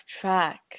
track